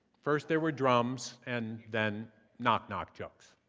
first there were drums and then knock-knock jokes.